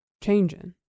Changing